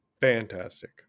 fantastic